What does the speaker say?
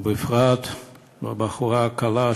ובפרט לבחורה, הכלה,